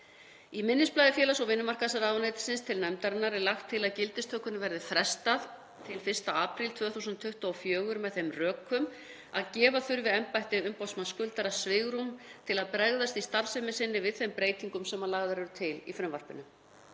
Í minnisblaði félags- og vinnumarkaðsráðuneytisins til nefndarinnar er lagt til að gildistökunni verði frestað til 1. apríl 2024 með þeim rökum að gefa þurfi embætti umboðsmanns skuldara svigrúm til að bregðast í starfsemi sinni við þeim breytingum sem lagðar eru til í frumvarpinu.